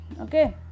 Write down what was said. okay